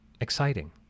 exciting